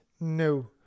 No